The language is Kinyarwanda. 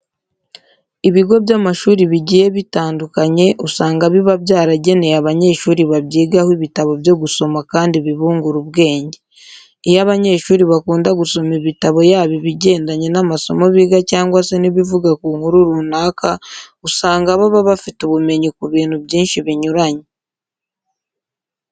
Ibigo by'amashuri bigiye bitandukanye usanga biba byarageneye abanyeshuri babyigaho ibitabo byo gusoma kandi bibungura ubwenge. Iyo abanyeshuri bakunda gusoma ibitabo yaba ibigendanye n'amasomo biga cyangwa se n'ibivuga ku nkuru runaka, usanga baba bafite ubumenyi ku bintu byinshi binyuranye.